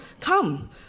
Come